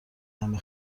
همه